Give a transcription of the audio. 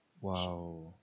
Wow